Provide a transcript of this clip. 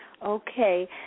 Okay